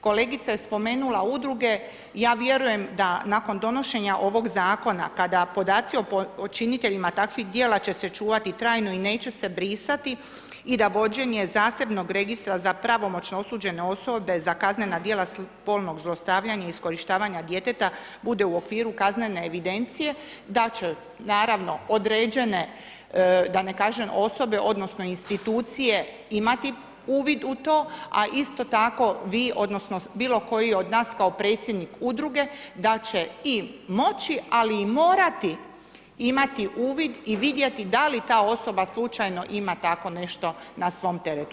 Kolegica je spomenula udruge, ja vjerujem, da nakon donošenja ovog zakona, kada podaci o počiniteljima takvih dijela će se čuvati trajno i neće se brisati i da vođenje zasebnog registra za pravomoćno osuđene osobe za kaznena dijela spolnog zlostavljanja i iskorištavanje djeteta, bude u okviru kaznene evidencije, da će naravno, određene da ne kažem osobe, odnosno, institucije imati uvid u to, a isto tako, vi odnosno, bilo koji od nas, kao predsjednik udruge, da će i moći i morati imati uvid i vidjeti da li ta osoba slučajno ima tako nešto na svom teretu.